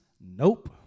Nope